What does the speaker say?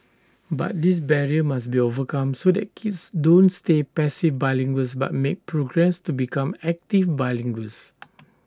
but this barrier must be overcome so that kids don't stay passive bilinguals but make progress to become active bilinguals